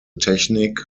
technique